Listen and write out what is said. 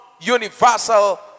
universal